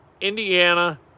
Indiana